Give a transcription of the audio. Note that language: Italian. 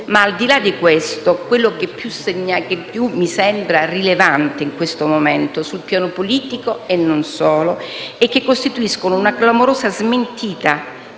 Al di là di questo, quello che più mi sembra rilevante in questo momento, sul piano politico e non solo, è che ciò costituisce una clamorosa smentita